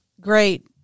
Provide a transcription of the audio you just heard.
great